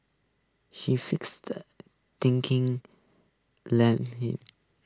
she thinking led him